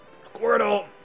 Squirtle